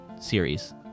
series